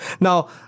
Now